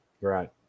right